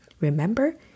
Remember